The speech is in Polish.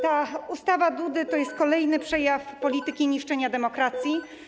Ta ustawa Dudy to jest kolejny przejaw polityki niszczenia demokracji.